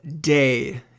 Day